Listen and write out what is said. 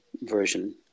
version